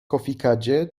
kofikadzie